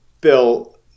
Bill